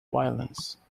violence